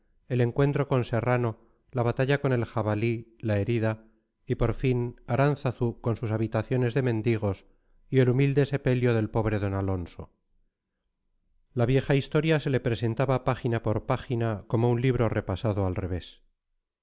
el encuentro con serrano la batalla con el jabalí la herida y por fin aránzazu con sus habitaciones de mendigos y el humilde sepelio del pobre d alonso la vieja historia se le presentaba página por pagina como un libro repasado al revés